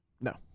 No